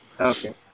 Okay